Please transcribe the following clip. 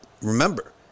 Remember